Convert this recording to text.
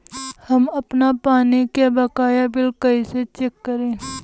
हम आपन पानी के बकाया बिल कईसे चेक करी?